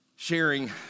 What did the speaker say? Sharing